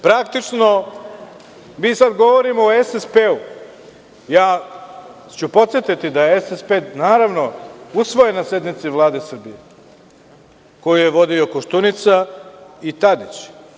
Praktično mi sada govorimo o SSP, podsetiću da je SSP usvojen na sednici Vlade Srbije koju je vodio Koštunica i Tadić.